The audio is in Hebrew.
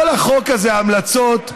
ההמלצות,